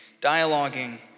dialoguing